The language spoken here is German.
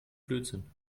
blödsinn